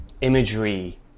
imagery